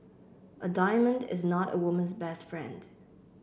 a diamond is not a woman's best friend